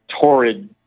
torrid